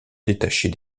détacher